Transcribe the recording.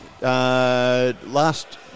last